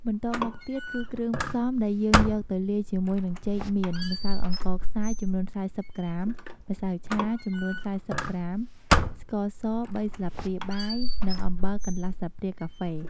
បន្ទាប់មកទៀតគឺគ្រឿងផ្សំដែលយើងយកទៅលាយជាមួយនឹងចេកមាន ម្សៅអង្ករខ្សាយចំនួន៤០ក្រាម ម្សៅឆាចំនួន៤០ក្រាម ស្ករស៣ស្លាបព្រាបាយ និងអំបិលកន្លះស្លាបព្រាកាហ្វេ។